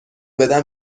بدم